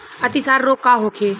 अतिसार रोग का होखे?